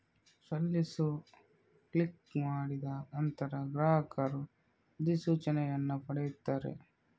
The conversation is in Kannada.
ಸಲ್ಲಿಸು ಕ್ಲಿಕ್ ಮಾಡಿದ ನಂತರ, ಗ್ರಾಹಕರು ಅಧಿಸೂಚನೆಯನ್ನು ಪಡೆಯುತ್ತಾರೆ